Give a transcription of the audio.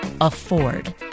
afford